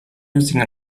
using